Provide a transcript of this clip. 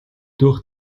durch